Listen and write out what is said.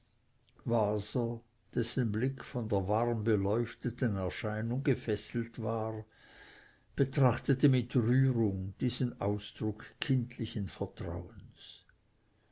waser dessen blick von der warm beleuchteten erscheinung gefesselt war betrachtete mit rührung diesen ausdruck kindlichen vertrauens